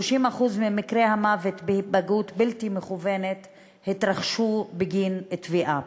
30% ממקרי המוות בהיפגעות בלתי מכוונת התרחשו בגין טביעה.